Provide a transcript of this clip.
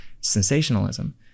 sensationalism